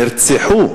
נרצחו,